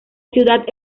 ciudad